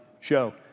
show